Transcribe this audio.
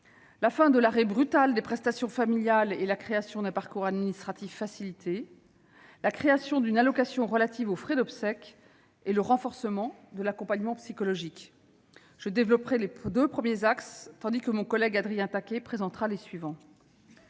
la fin de l'arrêt brutal des prestations familiales et la création d'un parcours administratif facilité ; la création d'une allocation relative aux frais d'obsèques ; et le renforcement de l'accompagnement psychologique. Je développerai les deux premiers, tandis que mon collègue Adrien Taquet présentera les suivants.